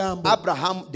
Abraham